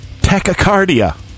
tachycardia